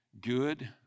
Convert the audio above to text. Good